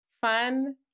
fun